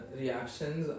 reactions